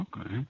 Okay